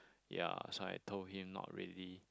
ya so I told him not really